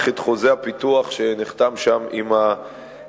את חוזה הפיתוח שנחתם שם עם היזמים.